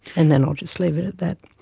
and then i'll just leave it at that.